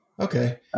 Okay